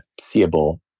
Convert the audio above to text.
seeable